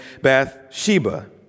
Bathsheba